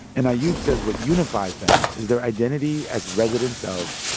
and yeah ayub says what unifies them is their identity as residents of.